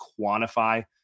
quantify